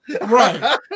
Right